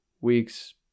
weeks